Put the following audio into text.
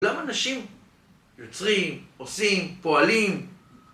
למה אנשים יוצרים, עושים, פועלים?